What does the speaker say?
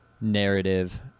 narrative